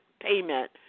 payment